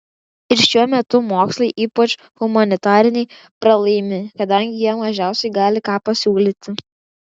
ir šiuo metu mokslai ypač humanitariniai pralaimi kadangi jie mažiausiai gali ką pasiūlyti